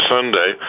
Sunday